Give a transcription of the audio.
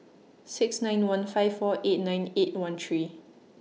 six nine one five four eight nine eight one three